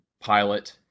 pilot